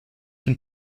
den